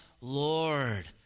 lord